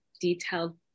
detailed